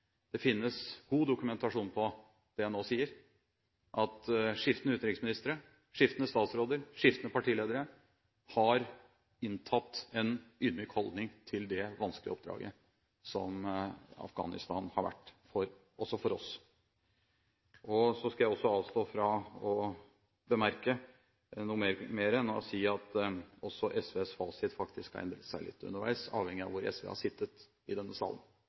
det finnes god dokumentasjon på det jeg nå sier, at skiftende utenriksministre, skiftende statsråder, skiftende partiledere har inntatt en ydmyk holdning til det vanskelige oppdraget som Afghanistan har vært også for oss. Jeg skal avstå fra å bemerke noe mer enn å si at også SVs fasit faktisk har endret seg litt underveis, avhengig av hvor SV har sittet i denne salen,